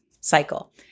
cycle